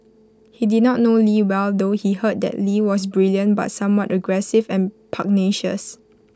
he did not know lee well though he heard that lee was brilliant but somewhat aggressive and pugnacious